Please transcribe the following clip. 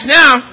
now